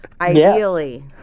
ideally